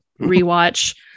rewatch